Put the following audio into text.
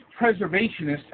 preservationists